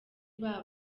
aba